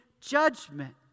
judgment